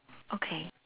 okay